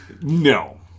No